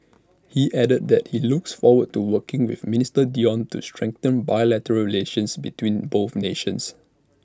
he added that he looks forward to working with minister Dion to strengthen bilateral relations between both nations